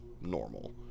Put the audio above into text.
normal